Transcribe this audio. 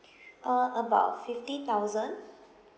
uh about fifty thousand